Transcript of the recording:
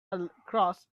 across